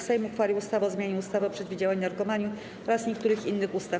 Sejm uchwalił ustawę o zmianie ustawy o przeciwdziałaniu narkomanii oraz niektórych innych ustaw.